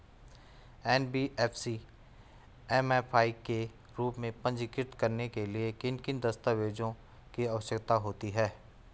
NBFC MFI के रूप में पंजीकृत कराने के लिए किन किन दस्तावेज़ों की आवश्यकता होती है?